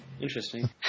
Interesting